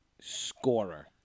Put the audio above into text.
scorer